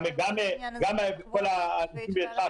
כל האנשים לידך,